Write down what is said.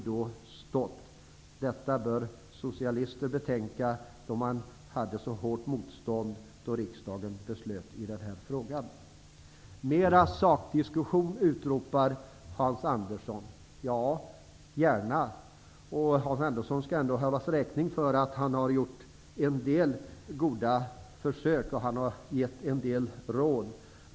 Det bör socialisterna, som visade så stort motstånd då riksdagen beslöt i frågan, betänka. Hans Andersson utropar att han vill ha mer sakdiskussion. Det vill också jag gärna ha. Hans Andersson skall hållas räkning för att han har gjort en del goda försök och givit en del råd.